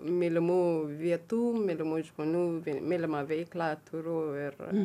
mylimų vietų mylimų žmonių mylimą veiklą turiu ir